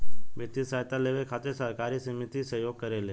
वित्तीय सहायता लेबे खातिर सहकारी समिति सहयोग करेले